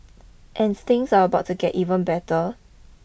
and things are about to get even better